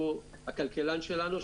שהוא הכלכלן שלנו.